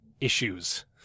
issues